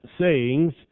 sayings